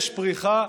יש פריחה,